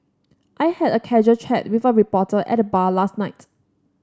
I had a casual chat with a reporter at the bar last night